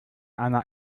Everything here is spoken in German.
einer